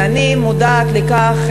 ואני מודעת לכך,